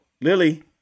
Lily